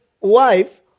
wife